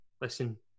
listen